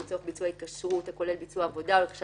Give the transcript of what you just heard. לצורך ביצוע התקשרות הכולל ביצוע עבודה או רכישת